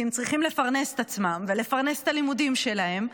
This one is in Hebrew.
כי הם צריכים לפרנס את עצמם ולפרנס את הלימודים שלהם,